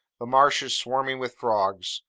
the marshes swarming with frogs,